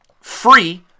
free